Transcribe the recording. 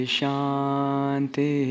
Shanti